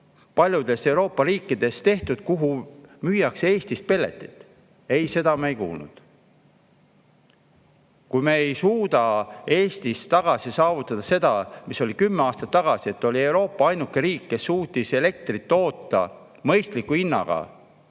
paljudes Euroopa riikides, kuhu müüakse Eestist pelleteid? Ei, seda me ei kuulnud. Kui me ei suuda Eestis saavutada seda, mis oli kümme aastat tagasi, et me olime Euroopa ainuke riik, kes suutis elektrit toota mõistliku hinnaga